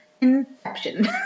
Inception